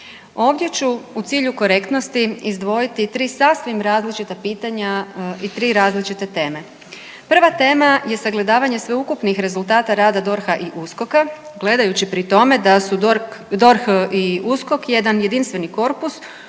Ovdje ću u cilju korektnosti izdvojiti tri sasvim različita pitanja i tri različite teme. Prva tema je sagledavanje sveukupnih rezultata rada DORH-a i USKOK-a gledajući pri tome da su DORH i USKOK jedan jedinstveni korpus